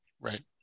right